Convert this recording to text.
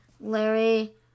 Larry